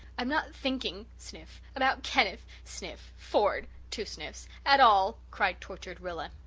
i'm not thinking sniff about kenneth sniff ford two sniffs at all, cried tortured rilla.